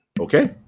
okay